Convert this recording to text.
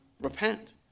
repent